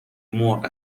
مرغ